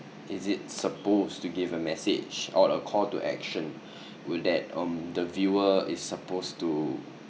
is it supposed to give a message or a call to action will that um the viewer is supposed to